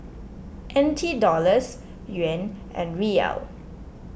N T Dollars Yuan and Riyal